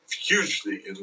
hugely